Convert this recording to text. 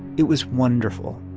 it was wonderful,